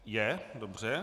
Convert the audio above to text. Je, dobře.